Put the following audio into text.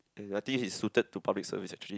and I think he's suited to public service actually